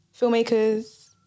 filmmakers